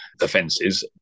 offences